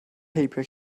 heibio